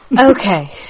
Okay